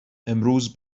امروز